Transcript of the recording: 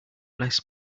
bless